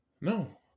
No